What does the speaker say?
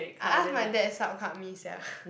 I ask my dad sub card me sia